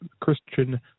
Christian